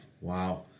Wow